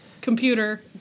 computer